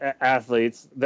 athletes